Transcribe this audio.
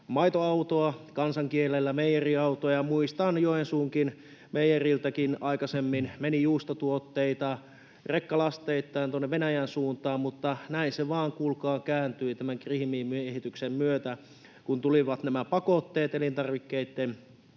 maitoautoa, kansankielellä meijeriautoa, ja muistan, miten Joensuun meijeriltäkin aikaisemmin meni juustotuotteita rekkalasteittain tuonne Venäjän suuntaan, mutta näin se vain, kuulkaa, kääntyi Krimin miehityksen myötä, kun tulivat pakotteet elintarvikkeitten